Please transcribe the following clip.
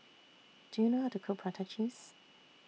Do YOU know How to Cook Prata Cheese